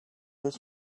was